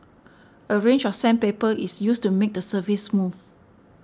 a range of sandpaper is used to make the surface smooth